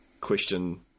question